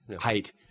height